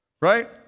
right